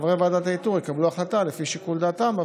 חברי ועדת האיתור יקבלו החלטה לפי שיקול דעתם,